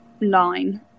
line